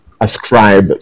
ascribe